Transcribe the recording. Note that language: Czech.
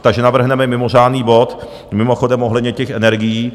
Takže navrhneme mimořádný bod mimochodem ohledně těch energií.